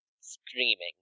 screaming